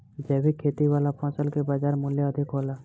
जैविक खेती वाला फसल के बाजार मूल्य अधिक होला